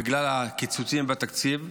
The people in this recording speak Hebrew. בגלל הקיצוצים בתקציב,